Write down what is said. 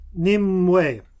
Nimwe